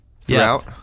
throughout